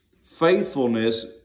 faithfulness